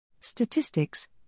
Statistics